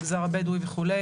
מגזר הבדואי וכו'.